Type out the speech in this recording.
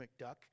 McDuck